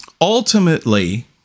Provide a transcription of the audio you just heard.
Ultimately